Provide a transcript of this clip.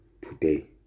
today